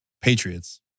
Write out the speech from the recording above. Patriots